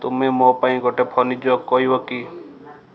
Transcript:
ତୁମେ ମୋ ପାଇଁ ଗୋଟେ ଫନି ଜୋକ୍ କହିବ କି